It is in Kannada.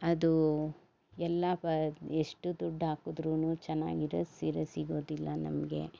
ಅದು ಎಲ್ಲ ಪ ಎಷ್ಟು ದುಡ್ಡು ಹಾಕುದ್ರೂ ಚೆನ್ನಾಗಿರೊ ಸೀರೆ ಸಿಗೋದಿಲ್ಲ ನಮಗೆ